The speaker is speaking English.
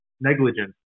negligence